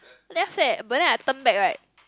then after that but then I turn back right